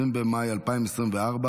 20 במאי 2024,